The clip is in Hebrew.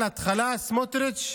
על ההתחלה סמוטריץ'